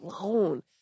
alone